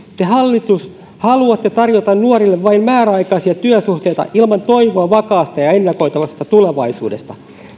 te hallitus haluatte tarjota nuorille vain määräaikaisia työsuhteita ilman toivoa vakaasta ja ja ennakoitavasta tulevaisuudesta